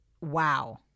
wow